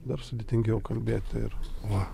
dar sudėtingiau kalbėti ir va